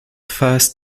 first